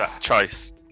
choice